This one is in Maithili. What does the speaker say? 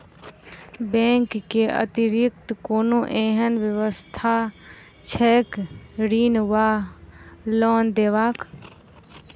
बैंक केँ अतिरिक्त कोनो एहन व्यवस्था छैक ऋण वा लोनदेवाक?